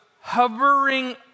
hovering